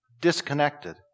disconnected